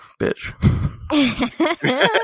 bitch